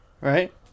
Right